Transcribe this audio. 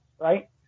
right